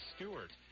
Stewart